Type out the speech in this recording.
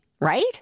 right